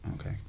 okay